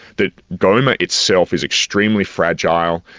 that goma itself is extremely fragile,